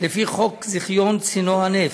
לפי חוק זיכיון צינור הנפט,